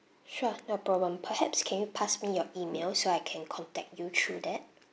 sure no problem perhaps can you pass me your email so I can contact you through that